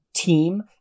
team